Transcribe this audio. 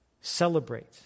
celebrate